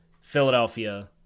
Philadelphia